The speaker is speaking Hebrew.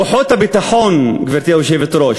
כוחות הביטחון, גברתי היושבת-ראש,